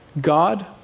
God